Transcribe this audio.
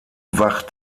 wacht